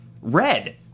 Red